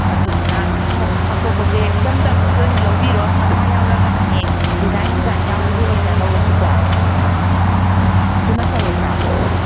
ꯑꯗꯨꯗꯨꯅ ꯈꯣꯡ ꯐꯥꯛꯇꯣꯛꯄꯁꯦ ꯏꯆꯝ ꯆꯝꯕꯁꯤ ꯑꯣꯏ ꯂꯧꯕꯤꯔꯣ ꯃꯁꯥ ꯌꯥꯎꯔꯛꯑꯒꯅ ꯍꯌꯦꯡ ꯗꯤꯖꯥꯏꯟ ꯅꯨꯡꯖꯥꯏꯟ ꯌꯥꯎꯕꯗꯨ ꯑꯣꯏꯅ ꯂꯧꯔꯁꯨꯀꯣ ꯑꯗꯨꯅ ꯐꯔꯣꯏꯗ꯭ꯔꯣ